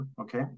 Okay